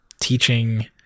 teaching